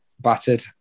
battered